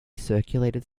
circulated